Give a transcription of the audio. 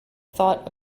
thought